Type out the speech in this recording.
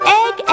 egg